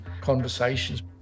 conversations